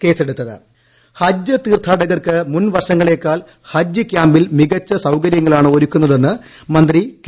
ടടടടടടടടടടടട ഹജ്ജ് ഹജ്ജ് തീർത്ഥാടകർക്ക് മുൻ വർഷങ്ങളെക്കാൾ ഹജ്ജ് ക്യാമ്പിൽ മികച്ചു സൌകര്യങ്ങളാണ് ഒരുക്കുന്നതെന്ന് മന്ത്രി കെ